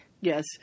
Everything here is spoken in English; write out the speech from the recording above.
Yes